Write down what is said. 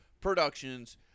Productions